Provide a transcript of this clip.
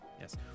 Yes